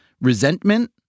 resentment